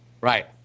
Right